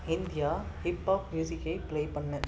India hip hop மியூசிக்கைப் play பண்ணு